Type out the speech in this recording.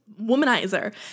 womanizer